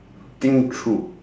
think through